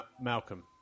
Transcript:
Malcolm